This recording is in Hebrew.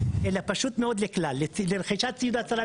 אלא לכלל - לרכישת ציוד הצלה,